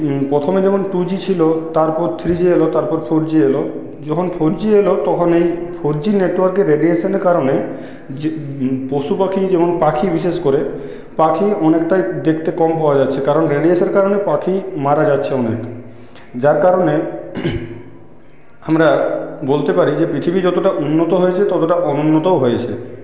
প্রথমে যেমন two G ছিল তারপর থ্রি জি এলো তারপর ফোর জি এল যখন ফোর জি এলো তখন এই ফোর জি নেটওয়ার্কে রেডিয়েশনের কারণে যে পশু পাখি যেমন পাখি বিশেষ করে পাখি অনেকটাই দেখতে কম পাওয়া যাচ্ছে কারণ রেডিয়েশনের কারণে পাখি মারা যাচ্ছে অনেক যার কারণে আমরা বলতে পারি যে পৃথিবী যতটা উন্নত হয়েছে ততটা অনুন্নতও হয়েছে